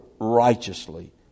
righteously